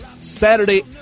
Saturday